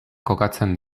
kokatzen